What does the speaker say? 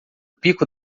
pico